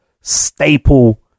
staple